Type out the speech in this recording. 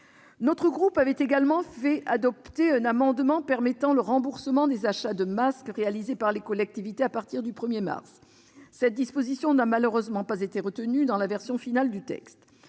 Notre groupe avait également fait adopter un amendement permettant le remboursement des achats de masques réalisés par les collectivités à partir du 1mars. Cette disposition n'a malheureusement pas été retenue dans la version finale du texte.